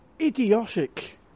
idiotic